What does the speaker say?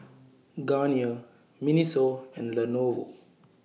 Garnier Miniso and Lenovo